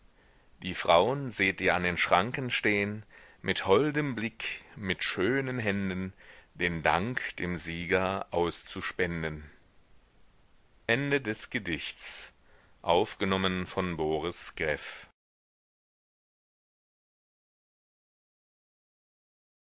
die frauen seht ihr an den schranken stehn mit holdem blick mit schönen händen den dank dem sieger auszuspenden